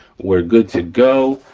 we're good to go,